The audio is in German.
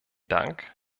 dank